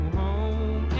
home